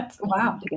Wow